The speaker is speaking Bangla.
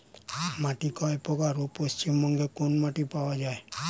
মাটি কয় প্রকার ও পশ্চিমবঙ্গ কোন মাটি পাওয়া য়ায়?